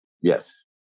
Yes